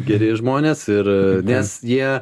geri žmonės ir nes jie